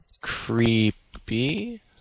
Creepy